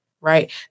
Right